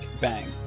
Bang